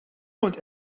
kont